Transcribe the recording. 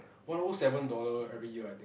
one O seven dollar every year I think